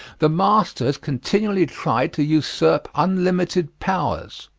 the master has continually tried to usurp unlimited powers.